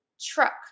truck